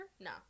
No